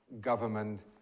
government